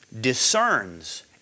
discerns